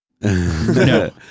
No